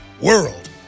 world